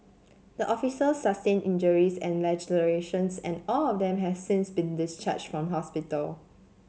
the officer sustained injuries and lacerations and all of them have since been discharged from hospital